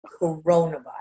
coronavirus